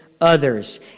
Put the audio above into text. others